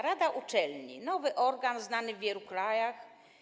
Rada uczelni - nowy organ znany w wielu krajach.